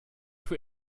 für